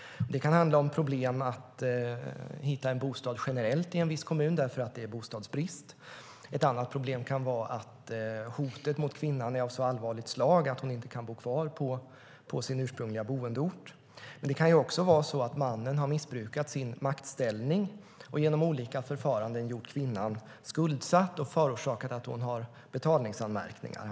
Det kan handla om problem att hitta en bostad generellt i en viss kommun därför att det är bostadsbrist. Ett annat problem kan vara att hotet mot kvinnan är av så allvarligt slag att hon inte kan bo kvar på sin ursprungliga boendeort. Det kan också vara så att mannen har missbrukat sin maktställning och genom olika förfaranden gjort kvinnan skuldsatt och förorsakat att hon har betalningsanmärkningar.